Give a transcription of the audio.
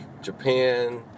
Japan